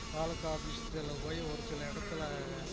தாலுகா ஆஃபீஸ்த்துல போய் ஒரு சில இடத்துல